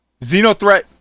Xenothreat